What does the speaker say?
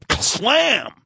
slam